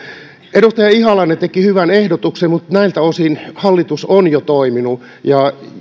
edustaja ihalainen teki hyvän ehdotuksen mutta näiltä osin hallitus on jo toiminut ja